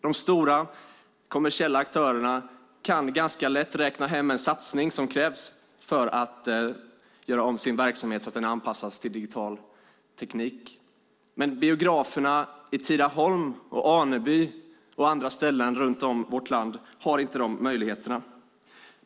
De stora, kommersiella aktörerna kan ganska lätt räkna hem den satsning som krävs för att göra om sin verksamhet så att den anpassas till digital teknik, men biograferna i Tidaholm, Aneby och andra ställen runt om i vårt land har inte dessa möjligheter.